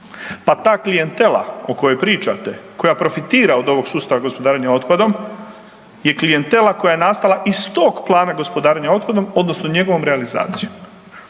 Pa ta klijentela o kojoj pričate, koja profitira od ovog sustava gospodarenja otpadom, je klijentela koja je nastala iz tog plana gospodarenja otpadom odnosno njegovom realizacijom.